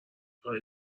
خوای